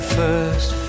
first